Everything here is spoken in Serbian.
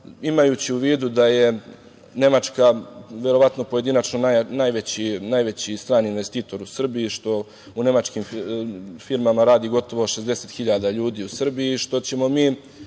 imajući u vidu da je Nemačka verovatno pojedinačno najveći strani investitor u Srbiji.U nemačkim firmama radi gotovo 60 hiljada ljudi u Srbiji i što ćemo mi